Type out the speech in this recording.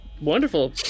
Wonderful